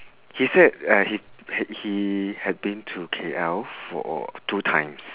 he said uh he had he had been to K_L for two times